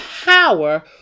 power